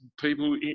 people